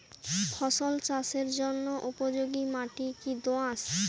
ফসল চাষের জন্য উপযোগি মাটি কী দোআঁশ?